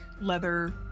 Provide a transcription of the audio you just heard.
leather